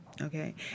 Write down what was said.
okay